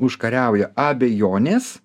užkariauja abejonės